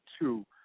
two